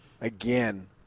again